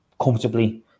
comfortably